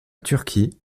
turquie